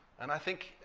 and i think,